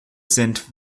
sind